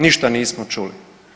Ništa nismo čuli.